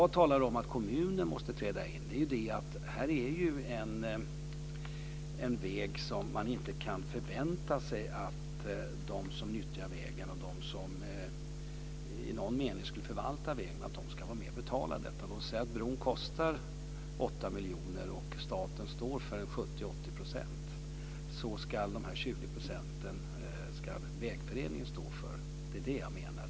Att jag talar om att kommunen måste träda in beror på att det är fråga om en väg som man inte kan förvänta sig att användarna ska vara med om att betala. Låt oss säga att kostnaden blir 8 miljoner och att staten står för 70-80 %. Då ska vägföreningen stå för ca 20 %. Jag menar att det då är rimligt att kommunen träder till.